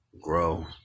Grow